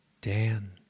Dan